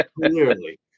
Clearly